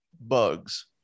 bugs